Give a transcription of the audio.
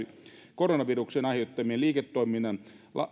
koronaviruksen aiheuttamista liiketoiminnan